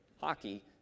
hockey